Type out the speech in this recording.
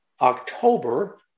October